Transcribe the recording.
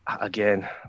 again